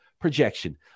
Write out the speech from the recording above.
Projection